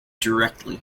directly